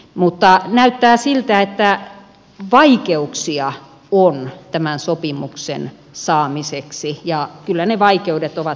mutta näyttää siltä että vaikeuksia on tämän sopimuksen saamiseksi ja kyllä ne vai keudet ovat nimenomaan siellä vietnamin päässä